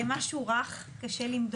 זה משהו רך, קשה למדוד אותו.